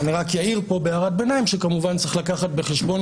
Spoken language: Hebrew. אני אעיר כאן בהערת ביניים שכמובן צריך לקחת בחשבון